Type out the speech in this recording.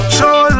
Show